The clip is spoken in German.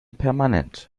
permanent